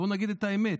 בואו נגיד את האמת,